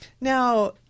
Now